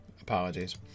Apologies